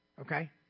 okay